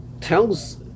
tells